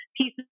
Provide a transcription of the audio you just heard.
pieces